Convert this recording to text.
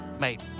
mate